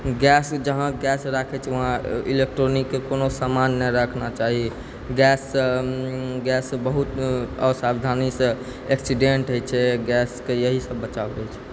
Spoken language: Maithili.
गैस जहाँ गैस राखै छी उहा इलेक्ट्रॉनिकके कोइ सामान नहि राखना चाही गैससँ गैससँ बहुत असावधानीसँ एक्सिडेंट होइ छै गैससँ यही सब बचाव होइ छै